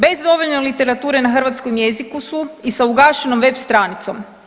Bez dovoljno literature na hrvatskom jeziku su i sa ugašenom web stranicom.